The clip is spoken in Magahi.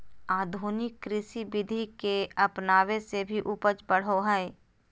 आधुनिक कृषि विधि के अपनाबे से भी उपज बढ़ो हइ